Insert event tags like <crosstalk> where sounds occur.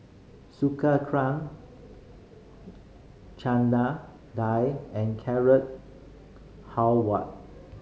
<unintelligible> Chana Dal and Carrot Halwa